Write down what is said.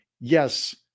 yes